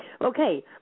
Okay